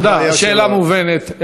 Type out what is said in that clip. תודה, השאלה מובנת.